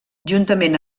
juntament